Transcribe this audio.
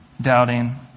doubting